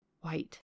white